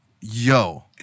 yo